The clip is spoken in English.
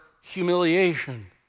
humiliation